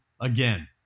Again